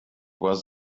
was